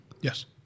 Yes